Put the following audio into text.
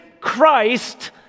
Christ